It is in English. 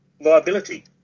Liability